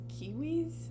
kiwis